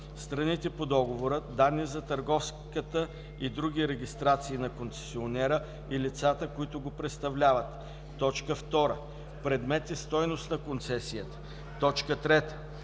страните по договора, данни за търговската и други регистрации на концесионера и лицата, които го представляват; 2. предмет и стойност на концесията; 3.